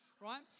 right